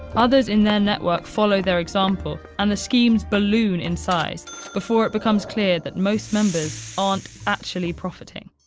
others in their network follow their example, and the schemes balloon in size before it but comes clear that most members aren't actually profiting.